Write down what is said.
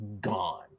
gone